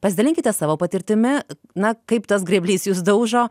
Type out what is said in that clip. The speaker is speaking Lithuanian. pasidalinkite savo patirtimi na kaip tas grėblys jus daužo